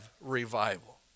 revival